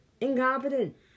incompetent